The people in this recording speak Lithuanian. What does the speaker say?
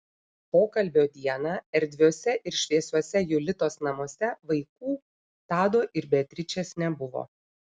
pokalbio dieną erdviuose ir šviesiuose julitos namuose vaikų tado ir beatričės nebuvo